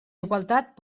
igualtat